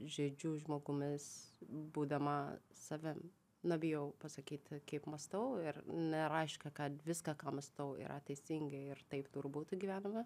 žaidžiu žmogumis būdama savim nebijau pasakyti kaip mąstau ir nereiškia kad viską ką mąstau yra teisinga ir taip turbūt gyvename